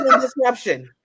disruption